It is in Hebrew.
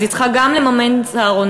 אז היא צריכה גם לממן צהרונים,